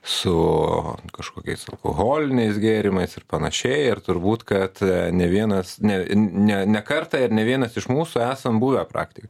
su kažkokiais alkoholiniais gėrimais ir panašiai ir turbūt kad ne vienas ne ne ne kartą ir ne vienas iš mūsų esam buvę praktikoj